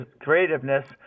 creativeness